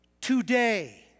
today